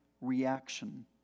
reaction